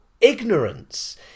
ignorance